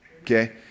Okay